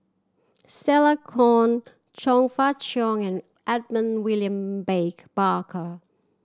Stella Kon Chong Fah Cheong and Edmund William Baker Barker